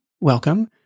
welcome